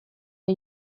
the